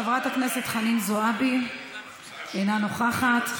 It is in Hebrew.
חברת הכנסת חנין זועבי, אינה נוכחת.